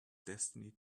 destiny